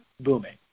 booming